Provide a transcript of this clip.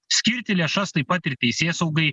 skirti lėšas taip pat ir teisėsaugai